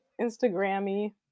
Instagrammy